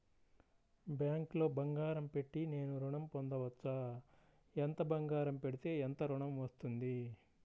బ్యాంక్లో బంగారం పెట్టి నేను ఋణం పొందవచ్చా? ఎంత బంగారం పెడితే ఎంత ఋణం వస్తుంది?